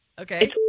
Okay